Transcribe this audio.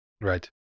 Right